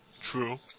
True